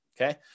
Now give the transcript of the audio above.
Okay